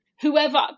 whoever